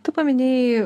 tu paminėjai